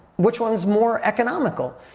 which one is more economical?